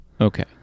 Okay